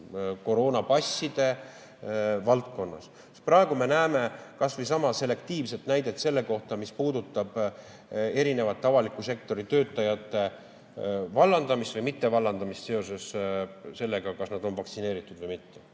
koroonapassid, valdkonnas. Praegu me näeme kasvõi sama selektiivset näidet selle kohta, mis puudutab erinevate avaliku sektori töötajate vallandamist või mittevallandamist seoses sellega, kas nad on vaktsineeritud või mitte.